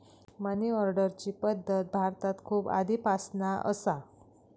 मनी ऑर्डरची पद्धत भारतात खूप आधीपासना असा